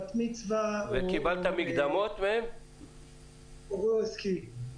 בת מצווה או אירוע עסקי.